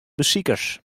besikers